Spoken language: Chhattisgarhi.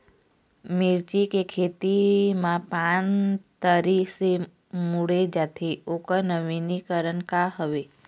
मिर्ची के खेती मा पान तरी से मुड़े जाथे ओकर नवीनीकरण का हवे?